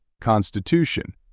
Constitution